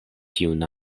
tiun